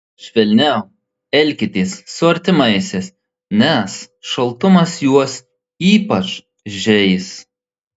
švelniau elkitės su artimaisiais nes šaltumas juos ypač žeis